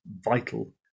vital